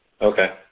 Okay